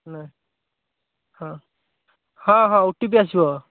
ନା ହଁ ହଁ ହଁ ଓ ଟି ପି ଆସିବ